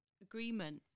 agreement